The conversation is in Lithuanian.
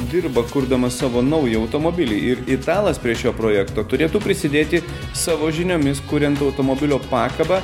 dirba kurdamas savo naują automobilį ir italas prie šio projekto turėtų prisidėti savo žiniomis kuriant automobilio pakabą